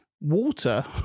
water